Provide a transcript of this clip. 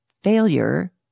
failure